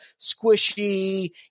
squishy